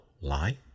lie